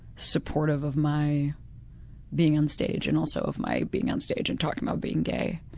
supportive of my being on stage and also of my being on stage and talking about being gay.